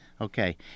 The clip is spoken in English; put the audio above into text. Okay